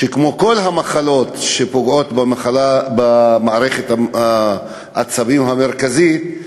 כמו כל המחלות שפוגעות במערכת העצבים המרכזית,